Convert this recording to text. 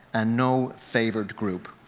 and no favored group.